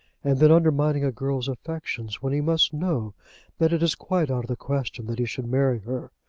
and then undermining a girl's affections, when he must know that it is quite out of the question that he should marry her!